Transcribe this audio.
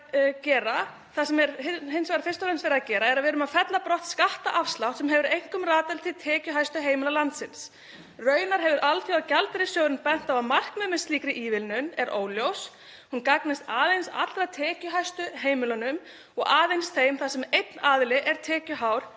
Það sem er hins vegar fyrst og fremst verið að gera er að við erum að fella brott skattafslátt sem hefur einkum ratað til tekjuhæstu heimila landsins. Raunar hefur Alþjóðagjaldeyrissjóðurinn bent á að markmiðið með slíkri ívilnun er óljós, hún gagnist aðeins allra tekjuhæstu heimilunum og aðeins þeim þar sem einn aðili er tekjuhár